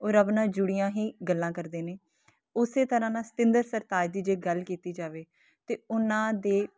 ਉਹ ਰੱਬ ਨਾਲ ਜੁੜੀਆਂ ਹੀ ਗੱਲਾਂ ਕਰਦੇ ਨੇ ਉਸੇ ਤਰ੍ਹਾਂ ਨਾਲ ਸਤਿੰਦਰ ਸਰਤਾਜ ਦੀ ਜੇ ਗੱਲ ਕੀਤੀ ਜਾਵੇ ਤਾਂ ਉਹਨਾਂ ਦੇ